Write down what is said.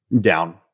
down